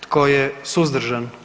Tko je suzdržan?